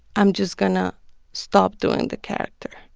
i'm just going to stop doing the character.